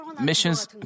Missions